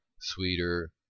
sweeter